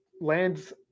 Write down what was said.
lands